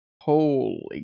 Holy